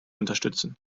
unterstützen